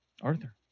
Arthur